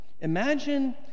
imagine